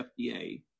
FDA